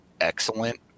excellent